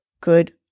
good